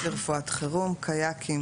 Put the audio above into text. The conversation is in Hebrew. + קיאקים